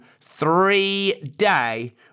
three-day